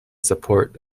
support